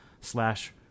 slash